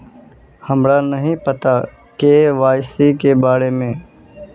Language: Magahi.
हमरा नहीं पता के.वाई.सी के बारे में?